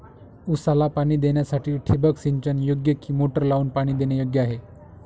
ऊसाला पाणी देण्यासाठी ठिबक सिंचन योग्य कि मोटर लावून पाणी देणे योग्य आहे?